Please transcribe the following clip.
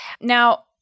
Now